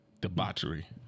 debauchery